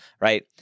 right